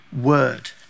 word